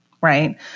right